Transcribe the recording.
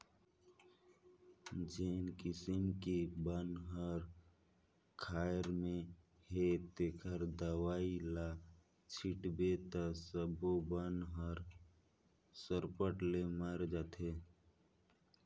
जेन किसम के बन हर खायर में हे तेखर दवई ल छिटबे त सब्बो बन हर सरपट ले मर जाथे